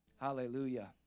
Hallelujah